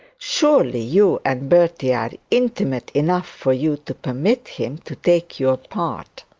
surely you and bertie are intimate enough for you to permit him to take your part